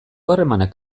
harremanak